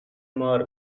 مار